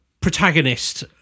protagonist